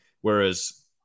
Whereas